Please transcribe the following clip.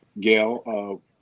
Gail